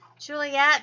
Juliet